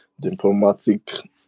diplomatic